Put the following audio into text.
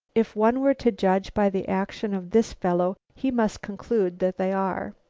if one were to judge by the action of this fellow he must conclude that they are.